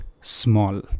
small